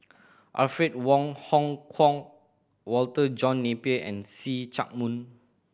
Alfred Wong Hong Kwok Walter John Napier and See Chak Mun